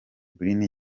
bryne